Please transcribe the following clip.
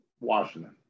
Washington